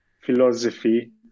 philosophy